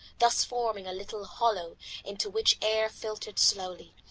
thus forming a little hollow into which air filtered slowly.